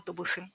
אוטובוסים,